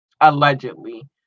allegedly